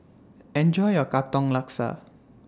Enjoy your Katong Laksa